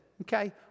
Okay